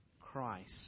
Christ